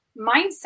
mindset